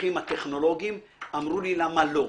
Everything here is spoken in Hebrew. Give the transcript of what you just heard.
מהמומחים הטכנולוגים אמרו לי למה לא.